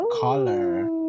Color